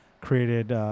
created